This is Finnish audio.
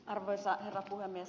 arvoisa herra puhemies